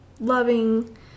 loving